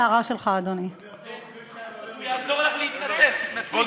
(תיקון מס' 27), התשע"ז 2017, לקריאה